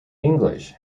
english